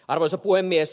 arvoisa puhemies